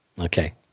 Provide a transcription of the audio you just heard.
Okay